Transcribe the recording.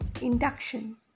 induction